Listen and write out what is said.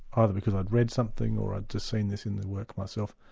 either because i'd read something or i'd just seen this in the work myself,